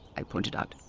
i pointed out.